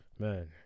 man